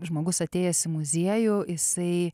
žmogus atėjęs į muziejų jisai